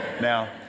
now